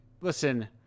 listen